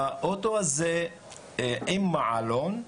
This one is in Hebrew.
באוטו הזה אין מעלון.